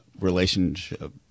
relationship